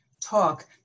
talk